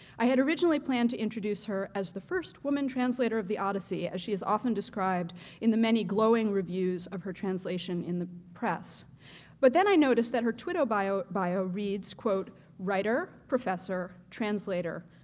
i had originally planned to introduce her as the first woman translator of the odyssey as she is often described in the many glowing reviews of her translation in the press but then i noticed that her twitter bio bio reads, writer, professor translator,